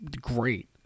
great